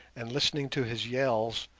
and listening to his yells,